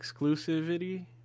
exclusivity